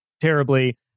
terribly